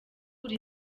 uri